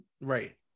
Right